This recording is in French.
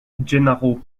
gennaro